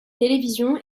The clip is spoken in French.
télévision